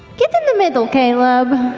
get in the middle, caleb.